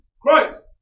Christ